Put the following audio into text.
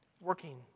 working